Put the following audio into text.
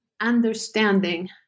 understanding